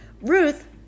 Ruth